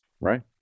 Right